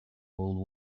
old